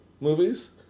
movies